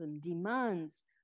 demands